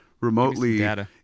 remotely